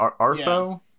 artho